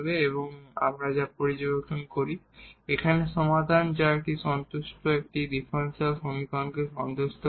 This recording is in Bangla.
এবং আমরা যা পর্যবেক্ষণ করি এখানে এই সমাধান যা একটি সন্তুষ্ট এই ডিফারেনশিয়াল সমীকরণকে সন্তুষ্ট করে